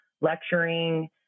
lecturing